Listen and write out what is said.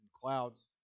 clouds